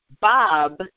Bob